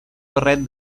barret